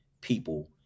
people